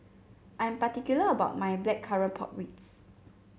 I am particular about my Blackcurrant Pork Ribs